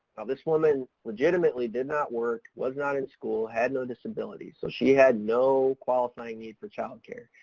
this woman legitimately did not work, was not in school, had no disability, so she had no qualifying need for child care.